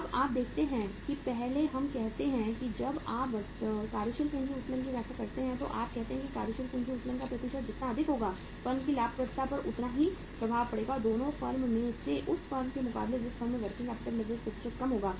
अब आप देखते हैं कि पहले हम कहते हैं कि जब आप कार्यशील पूंजी उत्तोलन की व्याख्या करते हैं तो आप कहते हैं कि कार्यशील पूंजी उत्तोलन का प्रतिशत जितना अधिक होगा फर्म की लाभप्रदता पर उतना ही प्रभाव पड़ेगा दोनों फर्मों में से उस फर्म के मुकाबले जिस फर्म का वर्किंग कैपिटल लीवरेज प्रतिशत कम होगा